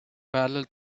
parallel